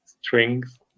Strings